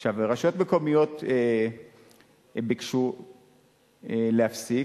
רשויות מקומיות ביקשו להפסיק,